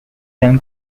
them